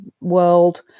world